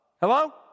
Hello